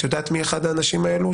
את יודעת מיהו אחד האנשים האלה,